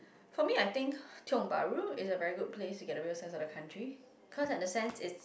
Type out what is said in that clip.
for me I think Tiong-Bahru is a very good place to get the real sense of the country because in a sense it's